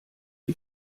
die